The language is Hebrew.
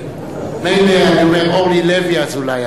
מילא אני אומר אורלי לוי אזולאי,